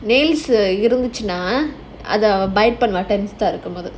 nails err இருந்துச்சுன்னா அவ பயப்படுவா:irunthuchunaa ava bayapaduvaa